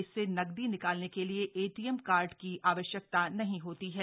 इससे नकदी निकालने के लिए एटीएम कार्ड की आवश्यकता नहीं होती है